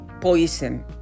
poison